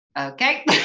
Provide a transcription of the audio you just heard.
okay